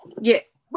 Yes